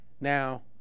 Now